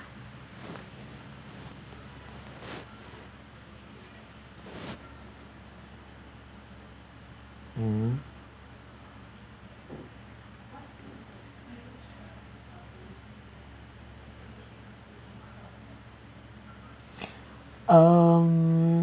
mmhmm um